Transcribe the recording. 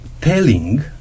telling